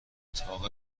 اتاق